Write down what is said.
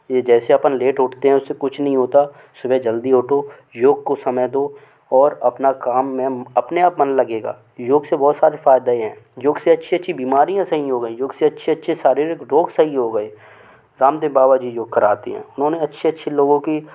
ये जैसे अपन लेट उठते हैं उससे कुछ नहीं होता सूबह जल्दी उठो योग को समय दो और अपना काम में अपने आप मन लगेगा योग से बहुत सारे फ़ादाएं हैं योग से अच्छी अच्छी बीमारियाँ सही हो गई योग से अच्छे अच्छे शारीरिक रोग सही हो गए रामदेव बाबा जी योग कराते हैं उन्होंने अच्छे अच्छे लोगों के